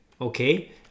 Okay